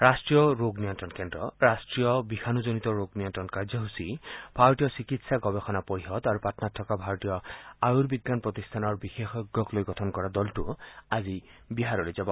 ৰাষ্ট্ৰীয় ৰোগ নিয়ন্ত্ৰণ কেন্দ্ৰ ৰাষ্ট্ৰীয় বিষানুজনিত ৰোগ নিয়ন্ত্ৰণ কাৰ্যসূচী ভাৰতীয় চিকিৎসা গৱেষণা পৰিষদ আৰু পাটনাত থকা ভাৰতীয় আয়ুবিজ্ঞান প্ৰতিষ্ঠানৰ বিশেষজ্ঞক লৈ গঠিত দলটো আজি বিহাৰলৈ যাব